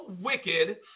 wicked